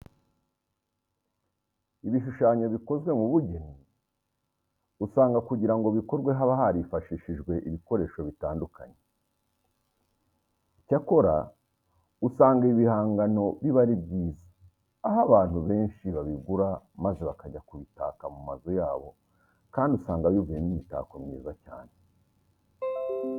Ibishushyanyo bikozwe mu bugeni usanga kugira ngo bikorwe haba harifashishijwe ibikoresho bitandukanye. Icyakora usanga ibi bihangano biba ari byiza, aho abantu benshi babigura maze bakajya kubitaka mu mazu yabo kandi usanga bivuyemo imitako myiza cyane.